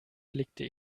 blickte